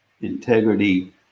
integrity